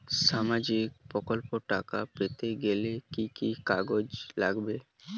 সামাজিক প্রকল্পর টাকা পেতে গেলে কি কি কাগজ লাগবে?